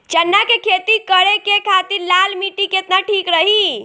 चना के खेती करे के खातिर लाल मिट्टी केतना ठीक रही?